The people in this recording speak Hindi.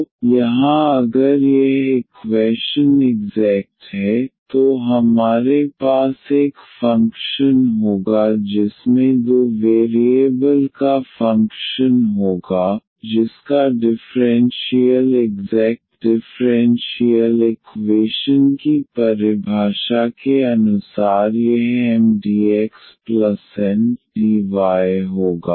तो यहाँ अगर यह इक्वैशन इग्ज़ैक्ट है तो हमारे पास एक फंक्शन होगा जिसमें दो वेरिएबल का फंक्शन होगा जिसका डिफरेंशियल इग्ज़ैक्ट डिफरेंशियल इक्वेशन की परिभाषा के अनुसार यह M dx N डाई होगा